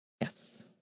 Yes